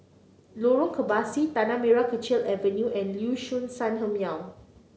Lorong Kebasi Tanah Merah Kechil Avenue and Liuxun Sanhemiao